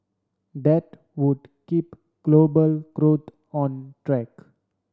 that would keep global growth on track